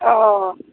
অঁ অঁ